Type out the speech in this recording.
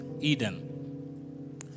Eden